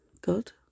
good